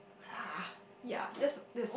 ah yeah that's that's